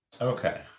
okay